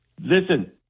Listen